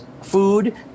food